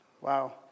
Wow